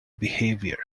behaviour